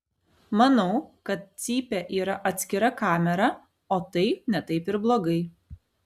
manau kad cypė yra atskira kamera o tai ne taip ir blogai